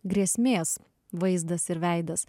grėsmės vaizdas ir veidas